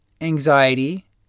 anxiety